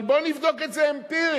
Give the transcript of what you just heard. אבל בוא ונבדוק את זה אמפירית.